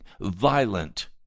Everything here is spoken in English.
violent